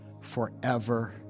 forever